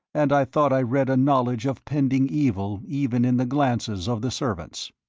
and i thought i read a knowledge of pending evil even in the glances of the servants.